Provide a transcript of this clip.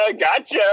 Gotcha